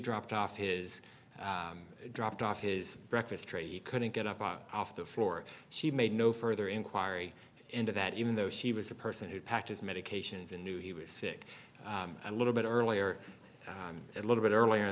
dropped off his dropped off his breakfast tray he couldn't get up off the floor she made no further inquiry into that even though she was a person who packed his medications and knew he was sick and little bit earlier a little bit earlier